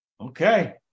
Okay